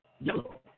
yellow